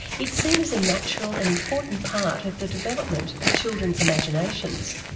it's seen as a natural and important part of the development of children's imaginations.